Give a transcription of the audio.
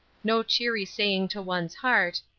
no cheery saying to one's heart,